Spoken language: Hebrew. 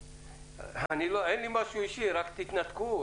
אין לי משהו אישי, רק תתנתקו.